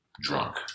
drunk